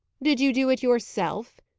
did you do it yourself?